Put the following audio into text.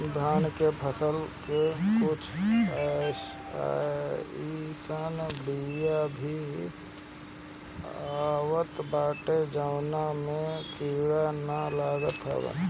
धान के फसल के कुछ अइसन बिया भी आवत बाटे जवना में कीड़ा ना लागत हवे